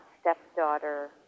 stepdaughter